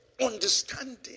understanding